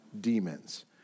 demons